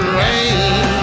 rain